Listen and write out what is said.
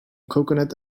coconut